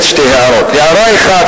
ההערה הראשונה,